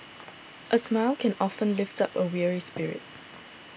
a smile can often lift up a weary spirit